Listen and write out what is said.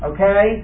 Okay